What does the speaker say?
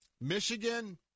Michigan